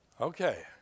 Okay